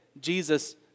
Jesus